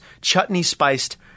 chutney-spiced